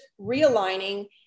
realigning